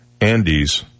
Andes